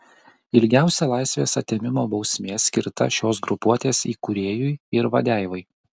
ilgiausia laisvės atėmimo bausmė skirta šios grupuotės įkūrėjui ir vadeivai